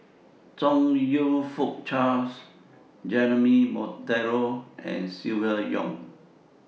Chong YOU Fook Charles Jeremy Monteiro and Silvia Yong